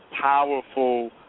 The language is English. powerful